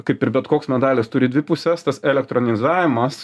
kaip ir bet koks medalis turi dvi puses tas elektroninizavimas